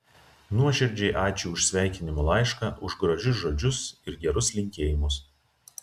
nuoširdžiai ačiū už sveikinimo laišką už gražius žodžius ir gerus linkėjimus